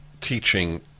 teaching